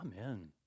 amen